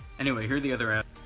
anyway, here are the other ads.